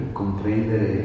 comprendere